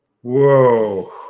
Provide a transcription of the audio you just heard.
whoa